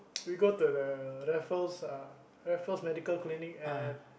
we go to the Raffles uh Raffles Medical Clinic at